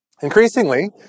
Increasingly